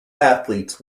athletes